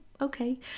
okay